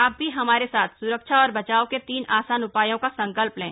आप भी हमारे साथ सुरक्षा और बचाव के तीन आसान उपायों का संकल्प लें